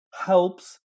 helps